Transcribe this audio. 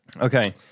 Okay